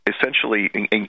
essentially